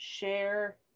Share